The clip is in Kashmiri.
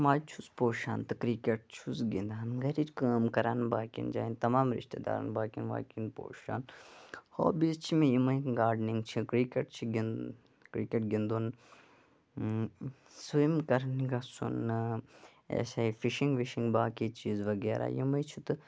مَنٛزٕ چھُس پوشان تہٕ کرکٹ چھُس گِنٛدان گَرِچ کٲم کَران باقیَن جایَن تَمام رِشتہٕ دارَن باقیَن واقیَن پوشان ہابیٖز چھِ مےٚ یِمے گاڈنِنٛگ چھِ کرکٹ چھ گِنٛد کرکٹ گِنٛدُن سُوِم کَرنہٕ گَژھُن یہِ ہَسا یہِ فِشِنٛگ وِشِنٛگ باقٕے چیٖز وَغیرہ یِمے چھِ تہٕ